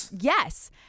yes